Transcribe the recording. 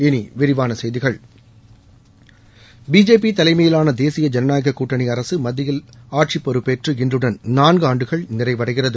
இனி விரிவான செய்திகள் பிஜேபி தலைமையிலாள தேசிய ஜனநாயக கூட்டணி அரக மத்தியில் ஆட்சி பொறுப்பேற்று இன்றுடன் நான்கு ஆண்டுகள் நிறைவடைகிறது